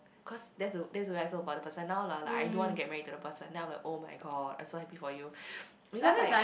cause that's the that's the where I feel about the person now lah like I don't want to get married to the person then I'm like oh-my-god I'm so happy for you because like